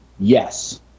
Yes